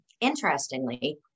interestingly